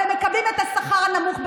אבל הם מקבלים את השכר הנמוך ביותר.